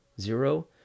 zero